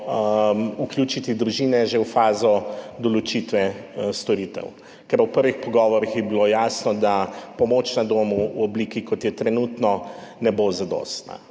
vključiti družine že v fazo določitve storitev, ker je bilo v prvih pogovorih jasno, da pomoč na domu v obliki, kot je trenutno, ne bo zadostna